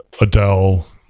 Adele